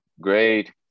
great